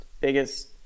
biggest